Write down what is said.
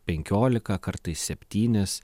penkiolika kartais septynis